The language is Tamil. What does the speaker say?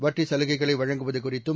வட்டிசலுகைகளைவழங்குவதுகுறித்தும்